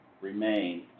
remain